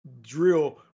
drill